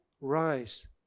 rise